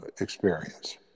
experience